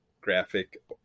graphic